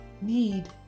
need